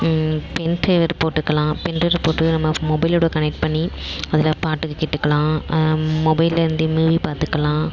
pen driver போட்டுக்கலாம் pen driver போட்டு நம்ம மொபைலோடு கனக்ட் பண்ணி அதில் பாட்டு கேட்டுக்கலாம் மொபைலெல்லாம் இருந்து மூவி பார்த்துக்லாம்